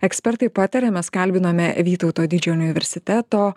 ekspertai pataria mes kalbinome vytauto didžiojo universiteto